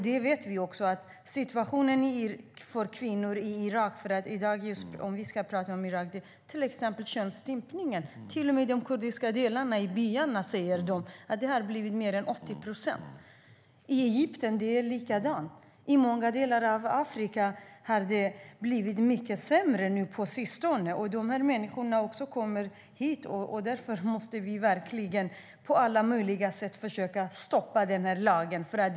Vi vet hur situationen är för kvinnorna i Irak, som vi pratar om nu. Könsstympning förekommer, till och med i de kurdiska delarna. Man säger att över 80 procent av kvinnorna i byarna drabbas. I Egypten är det likadant, och i många delar av Afrika har det blivit mycket sämre på sistone. Det kommer kvinnor därifrån också hit, och därför måste vi verkligen på alla möjliga sätt försöka stoppa det här lagförslaget.